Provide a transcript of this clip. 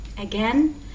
Again